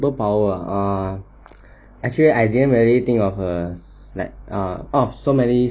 superpower err actually I didn't really think of uh like ah out of so many